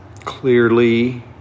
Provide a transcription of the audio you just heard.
Clearly